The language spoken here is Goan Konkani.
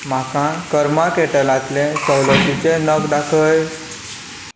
म्हाका कर्मा केटलांतले सवलतीचे नग दाखय